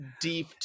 deep